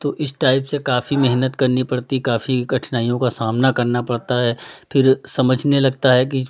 तो इस टाइप से काफ़ी मेहनत करनी पड़ती है काफ़ी कठिनाइयों का सामना करना पड़ता है फिर समझने लगता है कि